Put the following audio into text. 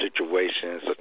situations